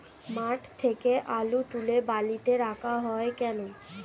মাঠ থেকে আলু তুলে বালিতে রাখা হয় কেন?